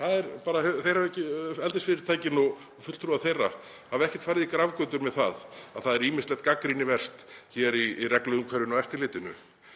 Eldisfyrirtækin og fulltrúar þeirra hafa ekkert farið í grafgötur með það að það er ýmislegt gagnrýnivert hér í regluumhverfinu og eftirlitinu.